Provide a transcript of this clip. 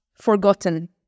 forgotten